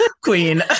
queen